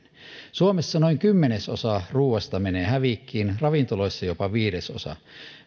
suomessa noin kymmenesosa ruoasta menee hävikkiin ravintoloissa jopa viidesosa